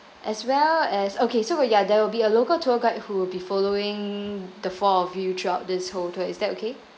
as well as okay so uh ya there will be a local tour guide who will be following the four of you throughout this whole tour is that okay